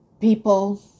people